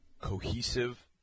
cohesive